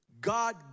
God